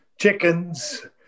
chickens